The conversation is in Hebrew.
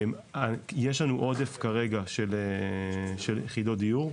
יש לנו כרגע עודף של יחידות דיור,